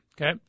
Okay